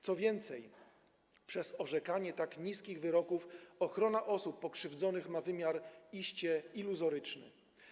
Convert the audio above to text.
Co więcej, przez orzekanie tak niskich wyroków ochrona osób pokrzywdzonych ma wymiar iście iluzoryczny.